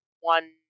one